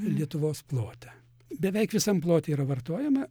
lietuvos plote beveik visam plote yra vartojama